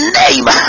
name